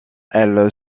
elle